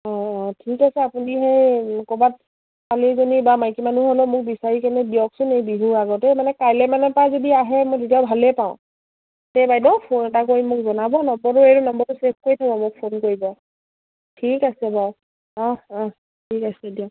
অঁ অ ঠিক আছে আপুনি সেই ক'ৰবাত ছোৱালী এজনী বা মাইকী মানুহ হ'লেও মোক বিচাৰি কেনে দিয়কচোন এই বিহুৰ আগতে মানে কাইলে মানে পা যদি আহে মই তেতিয়াও ভালেই পাওঁ দেই বাইদেউ ফোন এটা কৰি মোক জনাব নম্বৰটো এইটো নম্বৰটো ছেভ কৰি থ'ব মোক ফোন কৰিব ঠিক আছে বাৰু অঁ অঁ ঠিক আছে দিয়ক